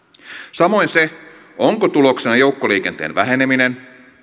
samoin se onko tuloksena joukkoliikenteen väheneminen